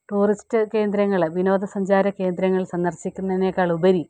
tourist കേന്ദ്രങ്ങൾ വിനോദ സഞ്ചാരകേന്ദ്രങ്ങൾ സന്ദർശിക്കുന്നതിനേക്കാൾ ഉപരി